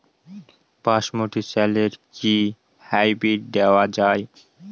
বাসমতী চালে কি হাইব্রিড দেওয়া য়ায়?